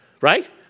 right